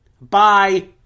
Bye